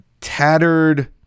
tattered